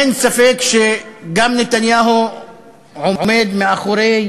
אין ספק שגם נתניהו עומד מאחורי